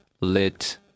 lit